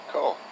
Cool